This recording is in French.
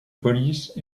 police